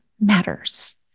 matters